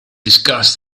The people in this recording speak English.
discuss